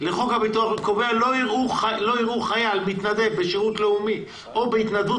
לחוק הביטוח הלאומי קובע שלא יראו חייל מתנדב בשירות לאומי או בהתנדבות